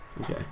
Okay